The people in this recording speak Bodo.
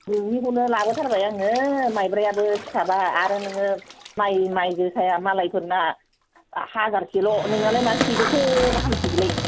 नोंनिखौनो लाबोथारबाय आङो मायब्रायाबो सिथाबा आरो नोङो माइ माइ जोसाया मालायफोरना हाजारसेल' नोंनालाय मा सैदस' गाहामसै बेलाय